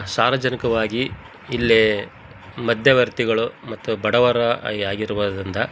ಸಾರ್ವಜನಿಕವಾಗಿ ಇಲ್ಲಿ ಮಧ್ಯವರ್ತಿಗಳು ಮತ್ತು ಬಡವರು ಆಗಿರುವುದ್ರಿಂದ